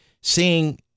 seeing